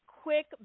quick